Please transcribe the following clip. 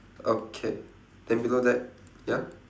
okay then below that ya